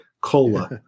Cola